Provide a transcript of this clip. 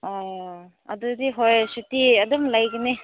ꯑꯥ ꯑꯗꯨꯗꯤ ꯍꯣꯏ ꯁꯨꯇꯤ ꯑꯗꯨꯝ ꯂꯩꯒꯅꯤ